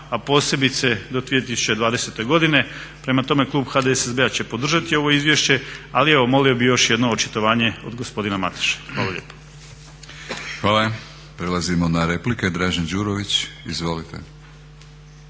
a posebice do 2020. godine. Prema tome, klub HDSSB-a će podržati ovo izvješće. Ali evo, molio bih još jedno očitovanje od gospodina Mateše. Hvala lijepa. **Batinić, Milorad (HNS)** Hvala. Prelazimo na replike. Dražen Đurović, izvolite.